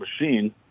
machine